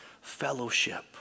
fellowship